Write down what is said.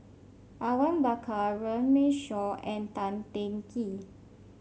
Awang Bakar Runme Shaw and Tan Teng Kee